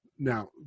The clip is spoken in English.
Now